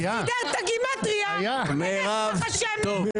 לכן ביקשתי לקרוא לזה קווי סחיטה כי